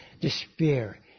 despair